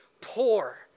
poor